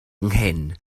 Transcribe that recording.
nghyn